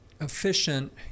efficient